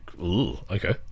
okay